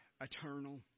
eternal